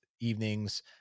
evenings